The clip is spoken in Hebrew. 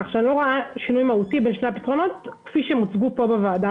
כך שאני לא רואה שינוי מהותי בין שני הפתרונות כפי שהם הוצגו פה בוועדה.